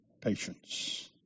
patience